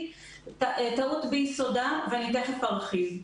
היא טעות ביסודה ואני תכף ארחיב.